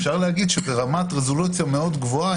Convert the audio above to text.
אפשר להגיד שברמת רזולוציה מאוד גבוהה,